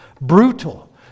brutal